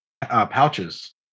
pouches